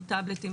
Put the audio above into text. הטאבלטים,